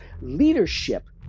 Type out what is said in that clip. leadership